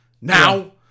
now